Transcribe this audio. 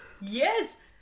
Yes